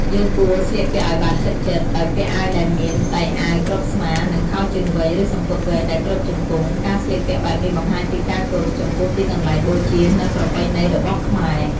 យើងគួរ ស្លៀកពាក់ឲ្យបានជិតៗ ដោយពាក់អាវដែលមាន ដៃអាវគ្របស្មា និង ខោជើងវែង ឬសំពត់វែងដែលគ្របជង្គង់ ការស្លៀកពាក់បែបនេះបង្ហាញពីការគោរពចំពោះទីកន្លែងបូជានិងប្រពៃណីរបស់ខ្មែរ។